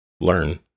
learn